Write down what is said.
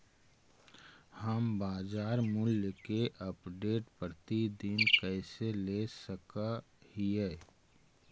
हम बाजार मूल्य के अपडेट, प्रतिदिन कैसे ले सक हिय?